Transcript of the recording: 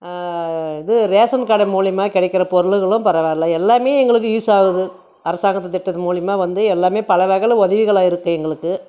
இது ரேஷன் கடை மூலியமாக கிடைக்கிற பொருட்களும் பரவாயில்லை எல்லாம் எங்களுக்கு ஈஸியாகுது அரசாங்கத்து திட்டத்து மூலியமாக வந்து எல்லாம் பல வகையில் உதவிகளா இருக்கு எங்களுக்கு